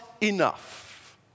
enough